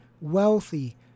wealthy